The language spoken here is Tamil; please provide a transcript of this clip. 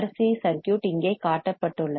சி RC சர்க்யூட் இங்கே காட்டப்பட்டுள்ளது